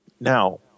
now